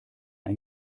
ein